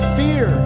fear